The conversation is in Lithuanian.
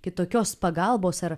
kitokios pagalbos ar